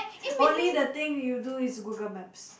only the thing you do is Google Maps